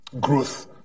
growth